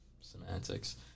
semantics